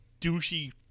douchey